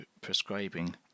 prescribing